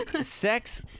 Sex